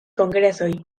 kongresoj